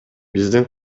биздин